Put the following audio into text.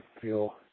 feel